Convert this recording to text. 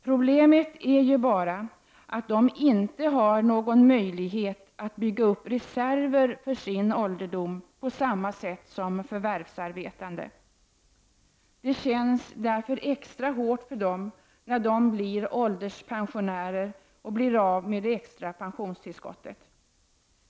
Problemet är ju bara, att de inte har någon möjlighet att bygga upp reserver för sin ålderdom på samma sätt som förvärvsarbetande. Det känns därför extra hårt för dem när de blir ålderspensionärer och blir av med det extra pensionstillskottet.